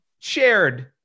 shared